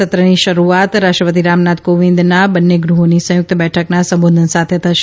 સત્રની શરૂઆત રાષ્ટ્રપતિ રામનાથ કોવિંદના બંને ગૃહોની સંયુક્ત બેઠકને સંબોધન સાથે થશે